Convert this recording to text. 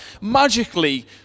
magically